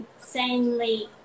Insanely